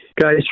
Guys